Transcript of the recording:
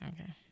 Okay